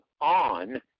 On